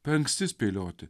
per anksti spėlioti